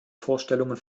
vorstellungen